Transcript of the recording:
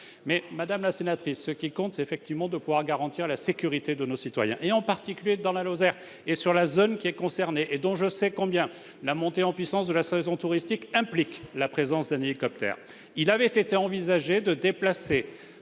Madame la sénatrice, ce qui compte, c'est effectivement de pouvoir garantir la sécurité de nos concitoyens, en particulier en Lozère et dans la zone concernée, pour laquelle je sais combien la montée en puissance de la saison touristique implique la présence d'un hélicoptère. Il avait été envisagé de déplacer,